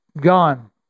Gone